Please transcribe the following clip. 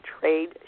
trade